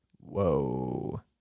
Whoa